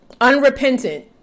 Unrepentant